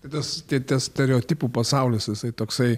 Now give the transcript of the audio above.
tai tas tie tes stereotipų pasaulis jisai toksai